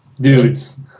dudes